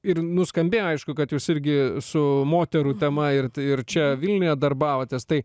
ir nuskambėjo aišku kad jūs irgi su moterų tema ir ir čia vilniuje darbavotės tai